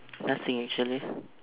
nothing actually